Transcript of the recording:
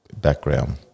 background